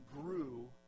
grew